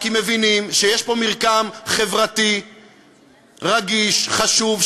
כי מבינים שיש פה מרקם חברתי רגיש וחשוב,